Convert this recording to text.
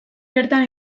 bertan